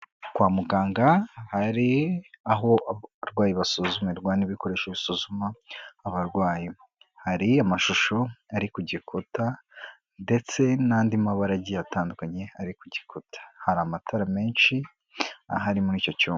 Kwa muganga hari aho abarwayi basuzumirwa n'ibikoresho bisuzuma abarwayi, hari amashusho ari kugikuta, ndetse n'andi mabara agiye atandukanye, ari ku gikuta hari amatara menshi ahari muri icyo cyumba.